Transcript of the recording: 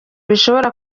bishobora